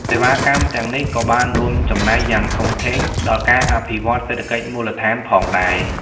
សេវាកម្មទាំងនេះក៏បានរួមចំណែកយ៉ាងធំធេងដល់ការអភិវឌ្ឍន៍សេដ្ឋកិច្ចមូលដ្ឋានផងដែរ។